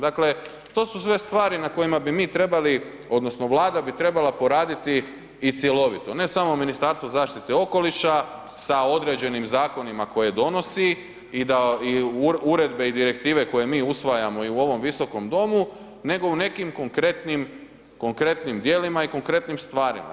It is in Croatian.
Dakle to su sve stvari na kojima bi mi trebali odnosno Vlada bi trebala poraditi i cjelovito, ne samo Ministarstvo zaštite okoliša sa određenim zakonima koje donosi i uredbe i direktive koje mi usvajamo i ovom Visokom domu nego u nekim konkretnim djelima i konkretnim stvarima.